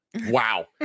wow